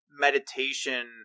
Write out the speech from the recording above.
meditation